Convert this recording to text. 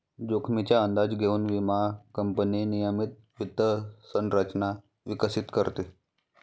जोखमीचा अंदाज घेऊन विमा कंपनी नियमित वित्त संरचना विकसित करते